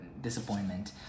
disappointment